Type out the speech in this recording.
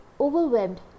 overwhelmed